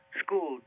school